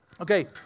Okay